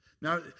Now